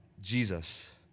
Jesus